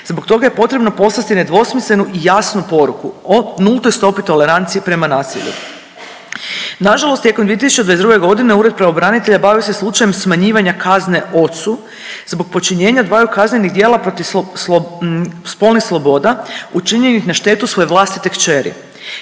Zbog toga je potrebno poslati nedvosmislenu i jasnu poruku o nultoj stopi tolerancije prema nasilju. Na žalost tijekom 2022. godine Ured pravobranitelja bavio se slučajem smanjivanja kazne ocu zbog počinjenja dvaju kaznenih djela protiv spolnih sloboda učinjenih na štetu svoje vlastite kćeri